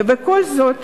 ובכל זאת,